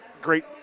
great